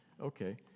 okay